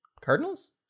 Cardinals